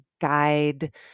guide